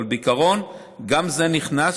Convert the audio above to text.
אבל בעיקרון גם זה נכנס,